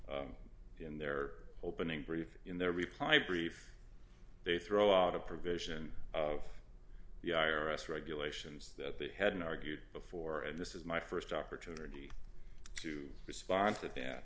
in their opening brief in their reply brief they throw out a provision of the i r s regulations that they hadn't argued before and this is my st opportunity to respond to that